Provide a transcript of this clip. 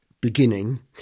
beginning